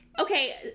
Okay